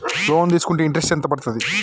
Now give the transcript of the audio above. Loan తీస్కుంటే interest ఎంత పడ్తది?